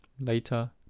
Later